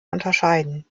unterscheiden